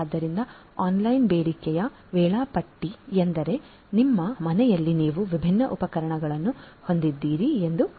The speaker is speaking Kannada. ಆದ್ದರಿಂದ ಆನ್ಲೈನ್ ಬೇಡಿಕೆಯ ವೇಳಾಪಟ್ಟಿ ಎಂದರೆ ನಿಮ್ಮ ಮನೆಯಲ್ಲಿ ನೀವು ವಿಭಿನ್ನ ಉಪಕರಣಗಳನ್ನು ಹೊಂದಿದ್ದೀರಿ ಎಂದು ಹೇಳೋಣ